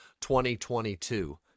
2022